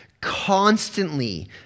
constantly